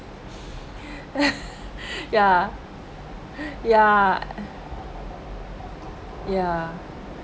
ya ya ya